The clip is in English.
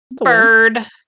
Bird